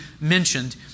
mentioned